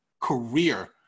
career